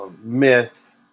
myth